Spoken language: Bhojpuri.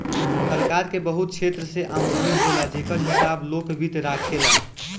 सरकार के बहुत क्षेत्र से आमदनी होला जेकर हिसाब लोक वित्त राखेला